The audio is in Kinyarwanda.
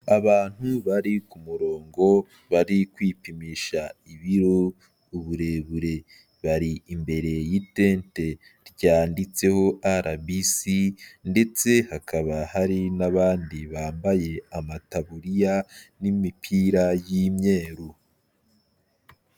Abantu bari ku murongo bari kwipimisha ibiro, uburebure, bari imbere y'itente ryanditseho RBC ndetse hakaba hari n'abandi bambaye amataburiya n'imipira y'imyeru.